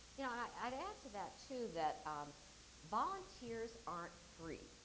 yeah i'd add to that, too, that um volunteers aren't free.